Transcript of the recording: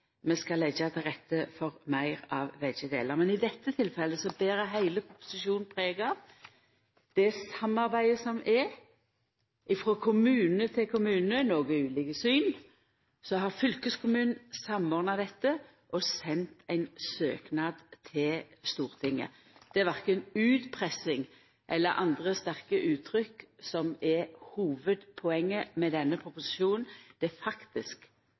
skal leggja til rette for meir av begge delar. Men i dette tilfellet ber heile proposisjonen preg av det samarbeidet som er. Frå kommunane sine noko ulike syn har fylkeskommunen samordna dette og sendt ein søknad til Stortinget. Det er korkje utpressing eller andre sterke uttrykk som er hovudpoenget med denne proposisjonen; det er faktisk